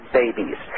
babies